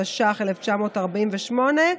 התש"ח 1948,